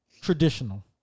traditional